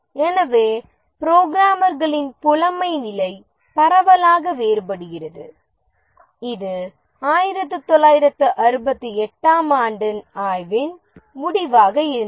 எனவே புரோகிராமர்களின் புலமை நிலை பரவலாக வேறுபடுகிறது இது 1968 ஆம் ஆண்டின் ஆய்வின் முடிவாக இருந்தது